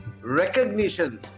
recognition